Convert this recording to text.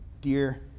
dear